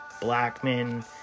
Blackman